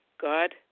God